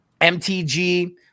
MTG